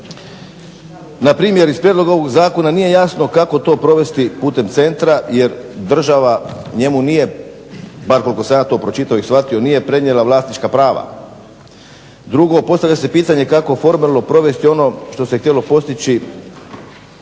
Npr. iz prijedloga ovog zakona nije jasno kako to provesti putem centra jer država njemu nije, bar koliko sam ja to pročitao i shvatio, nije prenijela vlasnička prava. Drugo, postavlja se pitanje kako formalno provesti ono što se htjelo postići